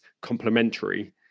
complementary